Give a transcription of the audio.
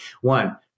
one